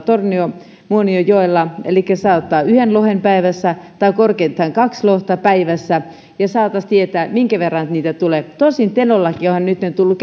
tornion muonionjoella elikkä saa ottaa yhden lohen päivässä tai korkeintaan kaksi lohta päivässä ja saataisiin tietää minkä verran niitä tulee tosin tenollakin on nyt tullut